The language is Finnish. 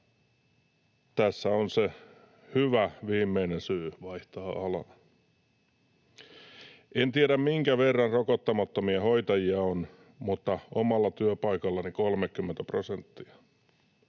tässä on se hyvä viimeinen syy vaihtaa alaa. En tiedä, minkä verran rokottamattomia hoitajia on, mutta omalla työpaikallani 30 prosenttia.